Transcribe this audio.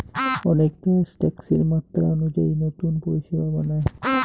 অনেক দ্যাশ ট্যাক্সের মাত্রা অনুযায়ী নতুন পরিষেবা বানায়